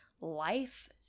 life